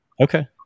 Okay